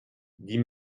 dit